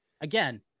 again